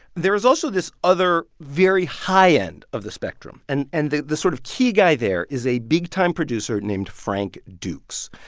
there is also this other very high end of the spectrum. and and the the sort of key guy there is a big-time producer named frank dukes.